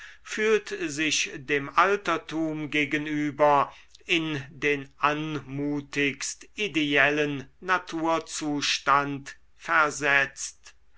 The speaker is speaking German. fühlt sich dem altertum gegenüber in den anmutigst ideellen naturzustand versetzt